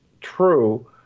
true